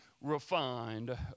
refined